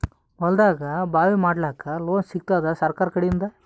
ಹೊಲದಾಗಬಾವಿ ಮಾಡಲಾಕ ಲೋನ್ ಸಿಗತ್ತಾದ ಸರ್ಕಾರಕಡಿಂದ?